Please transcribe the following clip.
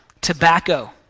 Tobacco